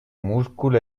múscul